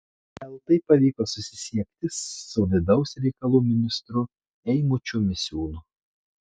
eltai pavyko susisiekti su vidaus reikalų ministru eimučiu misiūnu